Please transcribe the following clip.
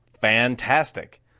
Fantastic